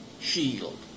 shield